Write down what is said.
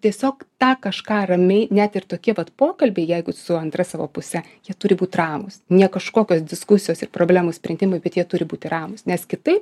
tiesiog tą kažką ramiai net ir tokie pat pokalbiai jeigu su antra savo puse jie turi būti ramūs ne kažkokios diskusijos ir problemų sprendimai bet jie turi būti ramūs nes kitaip